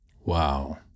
Wow